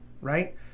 right